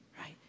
Right